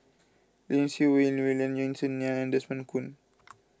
Lim Siew Wai William Yeo Song Nian and Desmond Kon